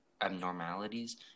abnormalities